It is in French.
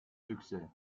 succès